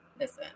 listen